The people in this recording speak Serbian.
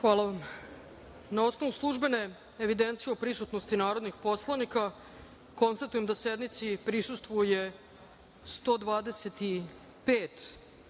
vam. Na osnovu službene evidencije o prisutnosti narodnih poslanika, konstatujem da sednici prisustvuje 125